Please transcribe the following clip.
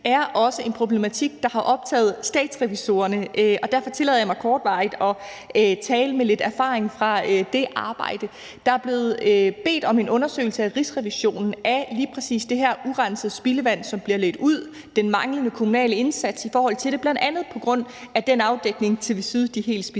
er også en problematik, der har optaget Statsrevisorerne, og derfor tillader jeg mig kortvarigt at tale med lidt erfaring fra det arbejde. Der er af Rigsrevisionen blevet bedt om en undersøgelse af lige præcis det her urensede spildevand, som bliver ledt ud, den manglende kommunale indsats i forhold til det, bl.a. på grund af den afdækning, TV Syd helt specifikt